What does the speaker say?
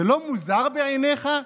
זה לא מוזר בעיניך?